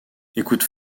écoute